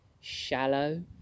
shallow